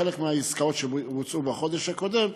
חלק מהעסקאות שבוצעו בחודש הקודם,